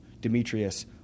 Demetrius